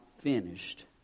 finished